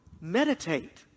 meditate